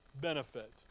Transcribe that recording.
benefit